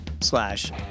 slash